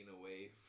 away